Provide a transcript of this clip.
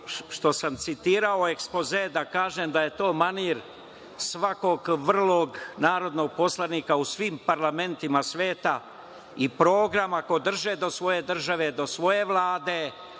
sam citirao ekspoze, hteo sam da kažem da je to manir svakog vrlog narodnog poslanika u svim parlamentima sveta, i program, ako drže do svoje države, do svoje Vlade